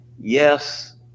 Yes